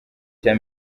cya